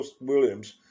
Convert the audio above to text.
Williams